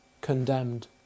condemned